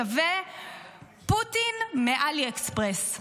שווה "פוטין מעלי אקספרס".